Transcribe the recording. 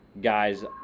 guys